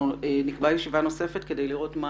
אנחנו נקבע ישיבה נוספת כדי לראות מה